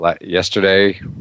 yesterday